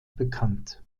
bekannt